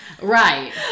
Right